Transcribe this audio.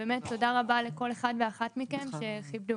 באמת תודה רבה לכל אחד ואחת מכם שכיבדו,